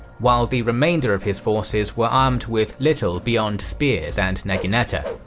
while the remainder of his forces were armed with little beyond spears and naginata.